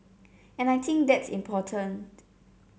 and I think that's important